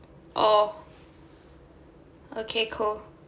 orh okay cool